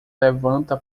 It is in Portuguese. levanta